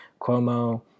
Cuomo